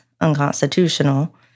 unconstitutional